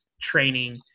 Training